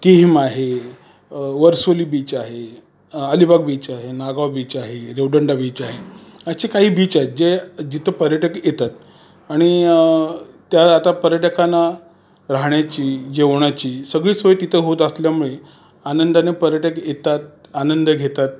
किहीम आहे वरसोली बीच आहे अलीबाग बीच आहे नागाव बीच आहे रेवदंडा बीच आहे असे काही बीच आहेत जे जिथं पर्यटक येतात आणि त्या आता पर्यटकांना राहण्याची जेवणाची सगळी सोय तिथं होत असल्यामुळे आनंदाने पर्यटक येतात आनंद घेतात